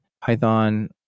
Python